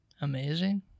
amazing